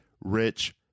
Rich